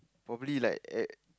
probably like